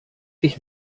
ich